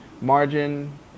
margin